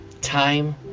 time